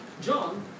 John